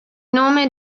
nome